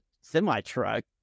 semi-truck